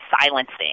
silencing